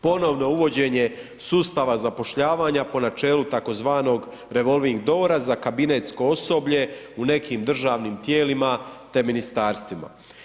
Ponovno uvođenje sustava zapošljavanja po načelu tzv. revolving doora za kabinetsko osoblje u nekim državnim tijelima te ministarstvima.